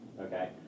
okay